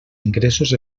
ingressos